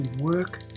work